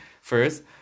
first